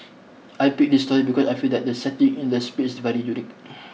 I picked this story because I feel that the setting in the space very unique